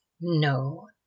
No